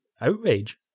outrage